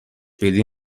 بدی